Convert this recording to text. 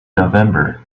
november